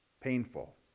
Painful